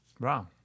Wow